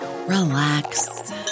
Relax